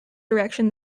direction